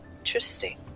Interesting